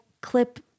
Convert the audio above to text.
clip